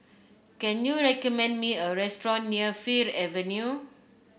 can you recommend me a restaurant near Fir Avenue